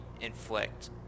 inflict